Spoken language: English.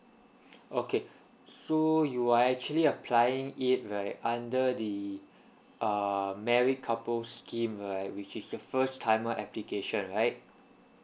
okay so you are actually applying it right under the err married couple scheme right which is your first timer application right